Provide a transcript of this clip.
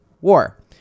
war